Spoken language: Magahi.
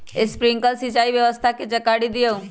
स्प्रिंकलर सिंचाई व्यवस्था के जाकारी दिऔ?